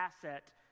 asset